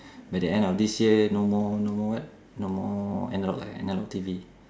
by the end of this year no more no more what no more analog like analog T_V